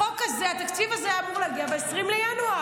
החוק הזה, התקציב הזה היה אמור להגיע ב-20 בינואר.